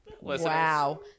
Wow